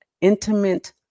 intimate